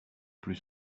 plus